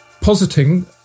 positing